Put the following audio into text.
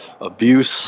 abuse